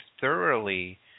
thoroughly